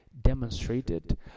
demonstrated